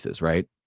right